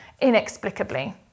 inexplicably